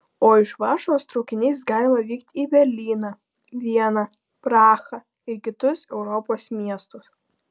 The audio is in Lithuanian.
o iš varšuvos traukiniais galima vykti į berlyną vieną prahą ir kitus europos miestus